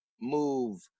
move